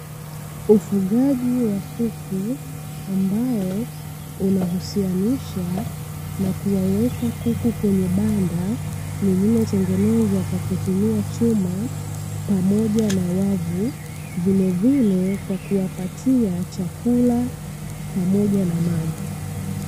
Ufugaji wa kuku ambao unahusianisha na kuwaweka kuku kwenye banda, lililotengenezwa kwa kutumia chuma pamoja na wavu, vilevile kwa kuwapatia chakula pamoja na maji.